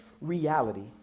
reality